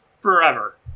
forever